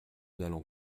n’allons